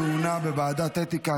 כהונה בוועדת אתיקה),